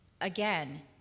again